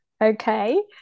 Okay